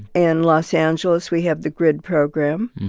in los angeles we have the gryd program,